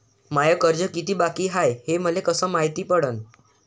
माय कर्ज कितीक बाकी हाय, हे मले कस मायती पडन?